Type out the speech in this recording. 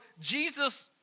Jesus